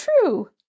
true